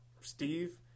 Steve